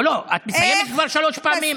לא, את מסיימת כבר שלוש פעמים.